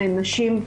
לנשים,